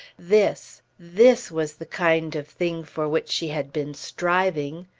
this this was the kind of thing for which she had been striving.